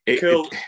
cool